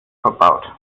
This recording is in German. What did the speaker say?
verbaut